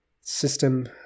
system